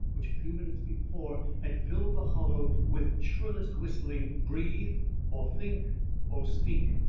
which a few minutes before had filled the hollow with shrillest whistling, breathe or think or speak.